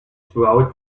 throughout